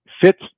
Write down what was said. Fits